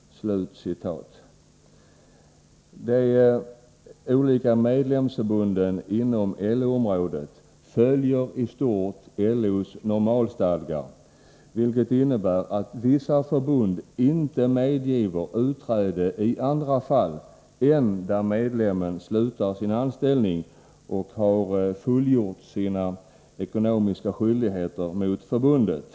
Nr 104 De olika medlemsförbunden inom LO-området följer i stort LO:s Onsdagen den normalstadgar, vilket innebär att vissa förbund inte medgiver utträde i andra 21 mars 1984 fall än där medlemmen slutar sin anställning och har fullgjort sina ekonomiska skyldigheter mot förbundet.